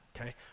okay